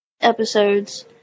episodes